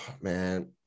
Man